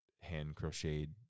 hand-crocheted